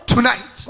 Tonight